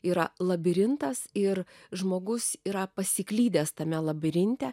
yra labirintas ir žmogus yra pasiklydęs tame labirinte